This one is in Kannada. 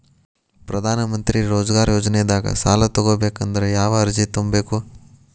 ಪ್ರಧಾನಮಂತ್ರಿ ರೋಜಗಾರ್ ಯೋಜನೆದಾಗ ಸಾಲ ತೊಗೋಬೇಕಂದ್ರ ಯಾವ ಅರ್ಜಿ ತುಂಬೇಕು?